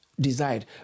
desired